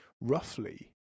roughly